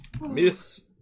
miss